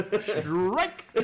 Strike